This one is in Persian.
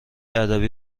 ادبی